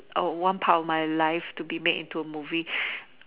oh one part of my life to be made into a movie